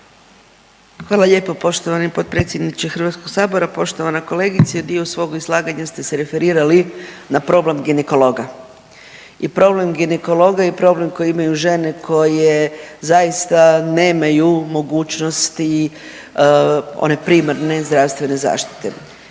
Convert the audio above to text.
Hvala lijepo poštovani potpredsjedniče HS-a, poštovana kolegice. Dio svog izlaganja ste se referirali na problem ginekologa i problem ginekologa i problem koji imaju žene koje zaista nemaju mogućnosti one primarne zdravstvene zaštite